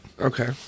Okay